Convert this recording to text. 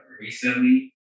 recently